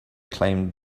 claimed